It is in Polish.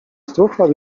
struchlał